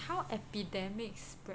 how epidemic spread